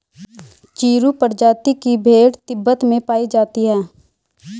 चिरु प्रजाति की भेड़ तिब्बत में पायी जाती है